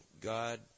God